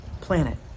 planet